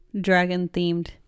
dragon-themed